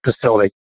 facility